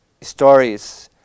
stories